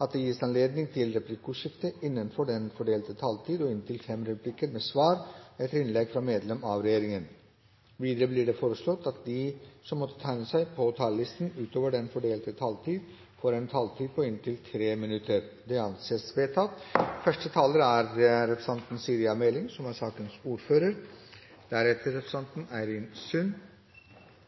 at det gis anledning til replikkordskifte på inntil fem replikker med svar etter innlegg fra medlem av regjeringen innenfor den fordelte taletid. Videre blir det foreslått at de som måtte tegne seg på talerlisten utover den fordelte taletid, får en taletid på inntil 3 minutter. – Det anses vedtatt. Første taler er Olemic Thommessen, som får ordet for saksordfører Linda Hofstad Helleland. Linda Hofstad Helleland er